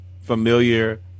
familiar